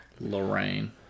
Lorraine